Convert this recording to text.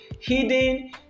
hidden